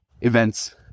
events